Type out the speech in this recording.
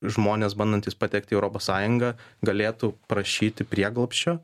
žmonės bandantys patekti į europos sąjungą galėtų prašyti prieglobsčio